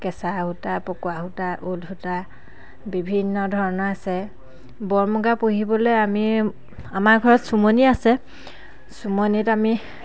কেঁচা সূতা পকোৱা সূতা ঊল সূতা বিভিন্ন ধৰণৰ আছে বৰ মুগা পুহিবলৈ আমি আমাৰ ঘৰত চুমনী আছে চুমনীত আমি